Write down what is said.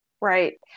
Right